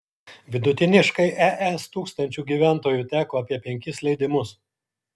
vidutiniškai es tūkstančiu gyventojų teko apie penkis leidimus